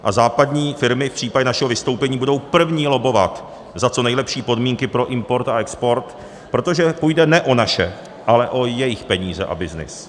A západní firmy v případě našeho vystoupení budou první lobbovat za co nejlepší podmínky pro import a export, protože půjde ne o naše, ale o jejich peníze a byznys.